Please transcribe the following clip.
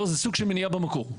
לא זה סוג של מניעה במקור.